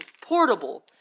Portable